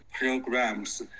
programs